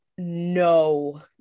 no